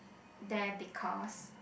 there because